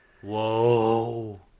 Whoa